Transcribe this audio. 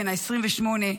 בן ה-28,